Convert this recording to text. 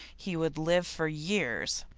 he would live for years.